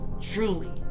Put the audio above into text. truly